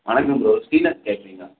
வணக்கம் ப்ரோ ஶ்ரீராம் கேட்ரிங்கா